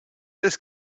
this